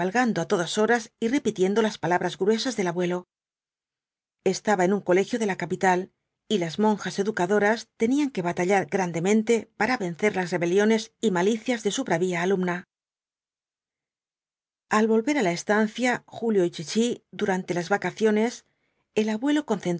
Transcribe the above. á todas horas y repitiendo las palabras gruesas del abuelo estaba en un colegio de la capital y las monjas educadoras tenían que batallar grandemente para vencer las rebeliones y malicias de su bravia alumna al volver á la estancia julio y chichi durante las vacaciones el abuelo concentraba